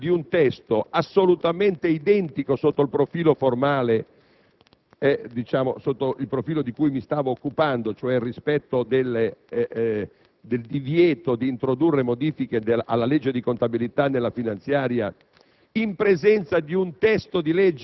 disporre l'inammissibilità di un testo assolutamente identico, sotto il profilo formale (quello di cui mi stavo occupando, cioè il rispetto del divieto di introdurre modifiche alla legge di contabilità nella finanziaria), ad